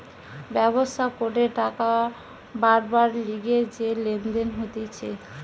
ব্যবসা করে টাকা বারবার লিগে যে লেনদেন হতিছে